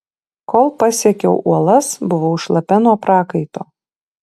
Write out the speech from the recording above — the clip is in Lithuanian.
kol pasiekiau uolas buvau šlapia nuo prakaito